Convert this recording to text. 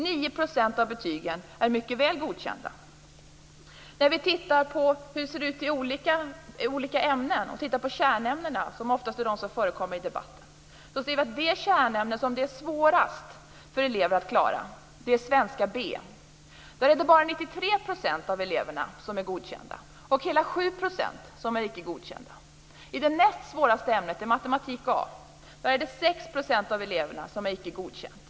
9 % har betyget Mycket väl godkänd. När vi tittar på betygen i kärnämnena, som oftast förekommer i debatten, ser vi att det kärnämne som det är svårast för eleverna att klara är svenska B. Där är det bara 93 % av eleverna som har betyget Godkänd. Hela 7 % har betyget Icke godkänd. I det näst svåraste ämnet, matematik A, är det 6 % av eleverna som har betyget Icke godkänd.